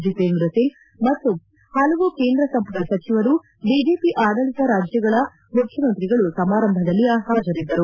ಜಿತೇಂದ್ರ ಸಿಂಗ್ ಮತ್ತು ಹಲವು ಕೇಂದ್ರ ಸಂಪುಟ ಸಚಿವರು ಬಿಜೆಪಿ ಆಡಳಿತದ ರಾಜ್ಯಗಳ ಮುಖ್ಯಮಂತ್ರಿಗಳು ಸಮಾರಂಭದಲ್ಲಿ ಹಾಜರಿದ್ದರು